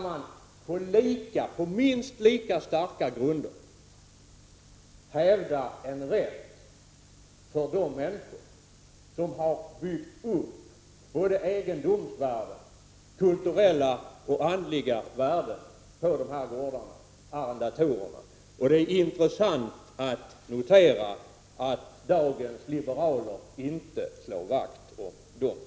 Man kan på minst lika starka grunder hävda en rätt för de människor som har byggt upp egendomsvärde samt kulturella och andliga värden på dessa gårdar, dvs. arrendatorerna. Det är intressant att notera att dagens liberaler inte slår vakt om den gruppen.